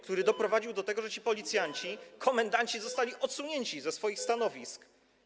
który doprowadził do tego, że ci policjanci, komendanci zostali odsunięci ze swoich stanowisk.